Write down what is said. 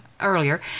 earlier